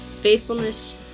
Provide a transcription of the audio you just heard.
faithfulness